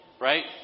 right